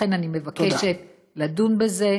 ולכן אני מבקשת לדון בזה